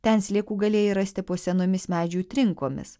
ten sliekų galėjai rasti po senomis medžių trinkomis